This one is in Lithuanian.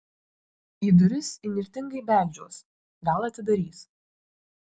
į duris įnirtingai beldžiuos gal atidarys